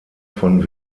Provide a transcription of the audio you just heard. von